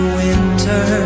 winter